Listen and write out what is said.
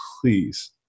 please